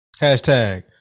Hashtag